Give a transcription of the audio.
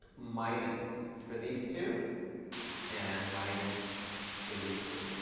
minus for these two and minus for these two.